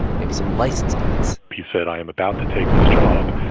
maybe some license plates he said, i am about to take this job,